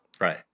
Right